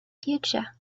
future